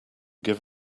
give